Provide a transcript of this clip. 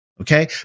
Okay